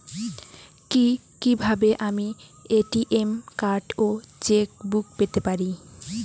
কি কিভাবে আমি এ.টি.এম কার্ড ও চেক বুক পেতে পারি?